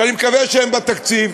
שאני מקווה שהם בתקציב.